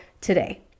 today